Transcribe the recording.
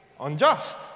unjust